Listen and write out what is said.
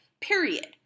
Period